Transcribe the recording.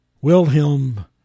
Wilhelm